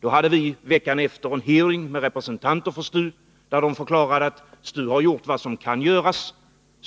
Vi hade veckan efter en hearing med representanter för STU, som förklarade att STU hade gjort vad som kan göras